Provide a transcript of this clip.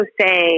say